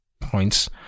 Points